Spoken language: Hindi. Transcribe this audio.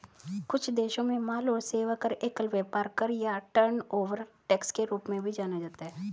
कुछ देशों में माल और सेवा कर, एकल व्यापार कर या टर्नओवर टैक्स के रूप में भी जाना जाता है